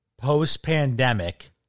Post-pandemic